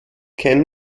kein